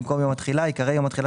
במקום "יום התחילה" ייקרא "יום התחילה